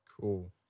Cool